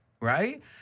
right